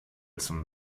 zum